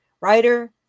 writer